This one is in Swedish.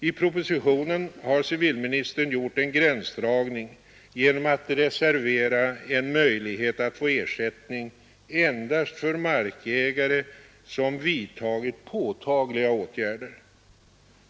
I propositionen har civilministern gjort en gränsdragning genom att reservera en möjlighet att få ersättning endast för markägare som ”vidtagit påtagliga åtgärder”.